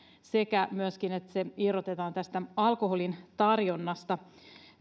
sekä myöskin että se irrotetaan tästä alkoholin tarjonnasta